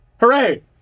Hooray